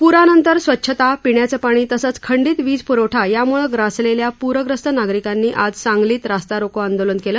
पुरानंतर स्वच्छता पिण्याचं पाणी तसंच खंडीत विजपुरवठा यामुळे ग्रासलेल्या पुरग्रस्त नागरिकांनी आज सांगलीत रस्ता रोको आंदोलन केलं